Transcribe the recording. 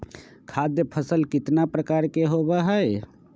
खाद्य फसल कितना प्रकार के होबा हई?